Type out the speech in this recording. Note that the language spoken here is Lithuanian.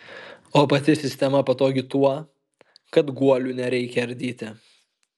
o pati sistema patogi tuo kad guolių nereikia ardyti